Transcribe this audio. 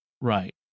Right